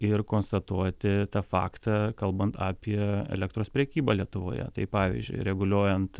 ir konstatuoti tą faktą kalbant apie elektros prekybą lietuvoje tai pavyzdžiui reguliuojant